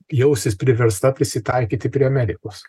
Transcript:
jausis priversta prisitaikyti prie amerikos